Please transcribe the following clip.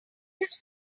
his